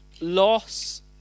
loss